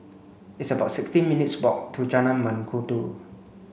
it's about sixty minutes' walk to Jalan Mengkudu